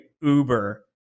Uber